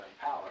power